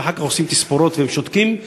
ואחר כך עושים תספורות והם שותקים,